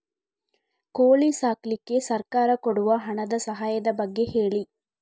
ಕೋಳಿ ಸಾಕ್ಲಿಕ್ಕೆ ಸರ್ಕಾರ ಕೊಡುವ ಹಣದ ಸಹಾಯದ ಬಗ್ಗೆ ಹೇಳಿ